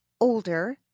older